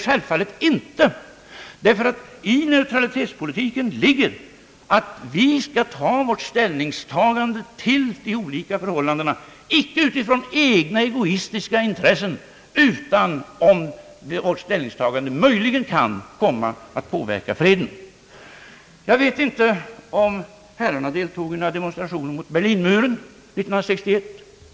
Självfallet inte, ty i neutralitetspolitiken ligger att vi skall göra våra ställningstaganden till de olika förhållandena icke utifrån egna egoistiska intressen utan med den 'tanken att vårt ställningstagande möjligen kan komma att påverka freden. Jag vet inte om herrarna deltog i några demonstrationer mot Berlinmuren år 1961.